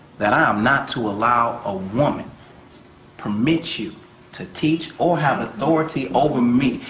that i am not to allow a woman permit you to teach or have authority over me.